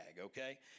okay